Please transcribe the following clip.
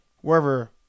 wherever